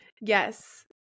Yes